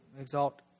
exalt